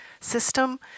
system